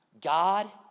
God